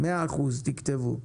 100% תכתבו,